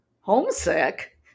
homesick